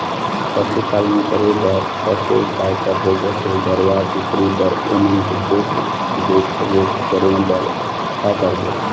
पशुपालन करें बर कैसे उपाय करबो, जैसे गरवा, कुकरी बर ओमन के देख देख रेख करें बर का करबो?